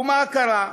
ומה קרה?